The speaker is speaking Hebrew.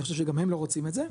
אני חושב שגם הם לא רוצים את זה,